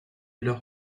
leur